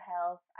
health